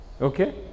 Okay